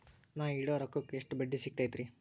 ನಾ ಇಡೋ ರೊಕ್ಕಕ್ ಎಷ್ಟ ಬಡ್ಡಿ ಸಿಕ್ತೈತ್ರಿ?